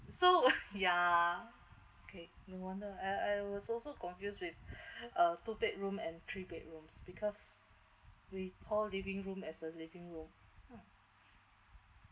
so yeah okay no wonder I I was also confuse with uh two bedroom and three bedrooms because we call living room as a living room mmhmm